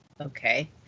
okay